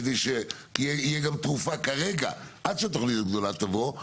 כדי שיהיה גם תרופה כרגע עד שהתוכנית הגדולה תבוא,